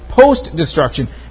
post-destruction